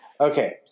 Okay